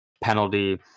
penalty